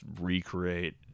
recreate